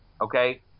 okay